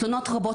תלונות רבות